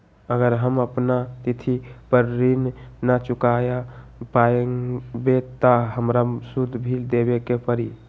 अगर हम अपना तिथि पर ऋण न चुका पायेबे त हमरा सूद भी देबे के परि?